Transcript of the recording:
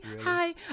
hi